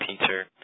teacher